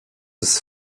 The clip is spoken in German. ist